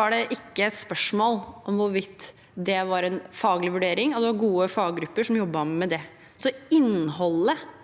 var ikke det et spørsmål om hvorvidt det var en faglig vurdering. Det var gode faggrupper som jobbet med det. Innholdet